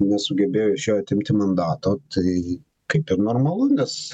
nesugebėjo atimti mandato tai kaip ir normalu nes